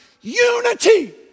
Unity